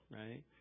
right